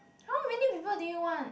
how many people do you want